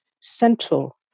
central